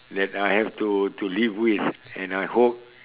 that I have to to live with and I hope